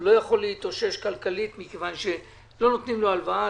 הוא לא יכול להתאושש כלכלית מכיוון שלא נותנים לו הלוואה,